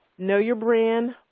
know your brand,